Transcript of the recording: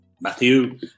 Matthew